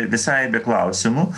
visai be klausimų